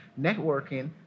networking